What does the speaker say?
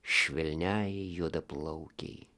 švelniai juodaplaukei